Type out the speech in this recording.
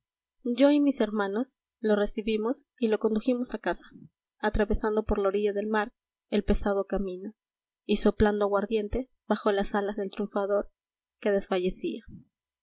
yo y mis hermanos lo recibimos y lo condujimos a casa atravesando por la orilla del mar el pesado camino y soplando aguardiente bajo las alas del triunfador que desfallecía